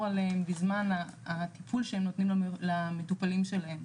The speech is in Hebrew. עליהם בזמן הטיפול שהם נותנים למטופלים שלהם.